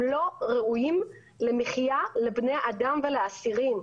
לא ראויים למחיה לבני אדם ולאסירים,